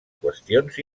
qüestions